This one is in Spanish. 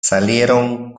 salieron